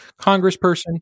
congressperson